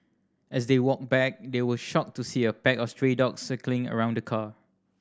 as they walked back they were shocked to see a back of stray dogs circling around the car